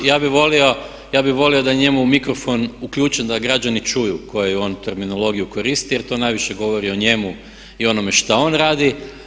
Ja bih volio da je njemu mikrofon uključen da građani čuju koju on terminologiju koristi jer to najviše govori o njemu i onome šta on radi.